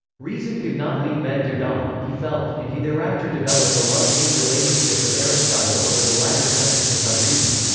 reason could not lead men to god, he felt, and he thereafter developed a love-hate relationship with aristotle over the latter's emphasis on reason.